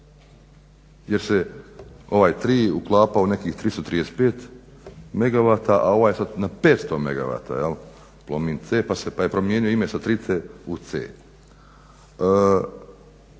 Jer se ovaj 3 uklapao u nekih 335 megavata, a ovaj sad na 500 megavata jel Plomin C pa je promijenio ime sa 3 u C.